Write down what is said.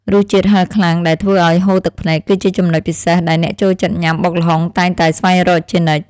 រសជាតិហឹរខ្លាំងដែលធ្វើឱ្យហូរទឹកភ្នែកគឺជាចំណុចពិសេសដែលអ្នកចូលចិត្តញ៉ាំបុកល្ហុងតែងតែស្វែងរកជានិច្ច។